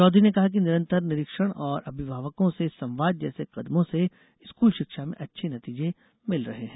चौधरी ने कहा कि निरन्तर निरीक्षण और अभिभावकों से संवाद जैसे कदमों से स्कूल शिक्षा में अच्छे नतीजे मिल रहे हैं